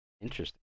Interesting